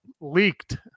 leaked